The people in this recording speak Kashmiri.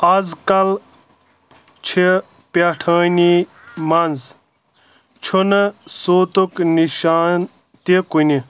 آزكل چھِ پیٹھٲنی منز چھُنہٕ سوٗتُک نِشانہٕ تہِ کُنہِ